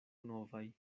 novaj